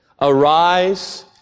Arise